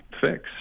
fix